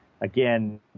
Again